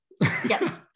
Yes